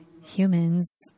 Humans